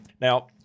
Now